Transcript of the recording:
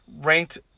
ranked